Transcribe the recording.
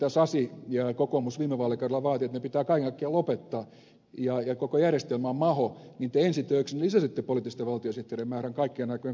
sasi ja kokoomus viime vaalikaudella vaativat että ne pitää kaiken kaikkiaan lopettaa ja koko järjestelmä on maho te ensi töiksenne lisäsitte poliittisten valtiosihteerien määrän kaikkien aikojen korkeimmalle